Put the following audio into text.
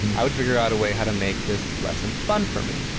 and i would figure out a way how to make this lesson fun for me.